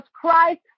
Christ